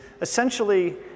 essentially